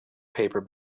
paper